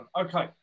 Okay